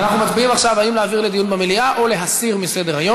אז אנחנו מצביעים עכשיו האם להעביר לדיון במליאה או להסיר מסדר-היום.